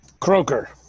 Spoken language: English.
Croker